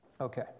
Okay